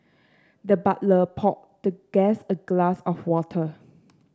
the butler poured the guest a glass of water